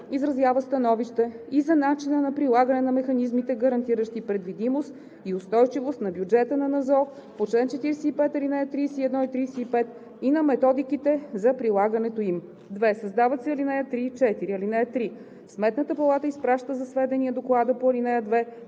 изразява становище и за начина на прилагане на механизмите, гарантиращи предвидимост и устойчивост на бюджета на НЗОК по чл. 45, ал. 31 и 35, и на методиките за прилагането им.“ 2. Създават се ал. 3 и 4: „(3) Сметната палата изпраща за сведение Доклада по ал. 2